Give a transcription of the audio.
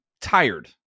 tired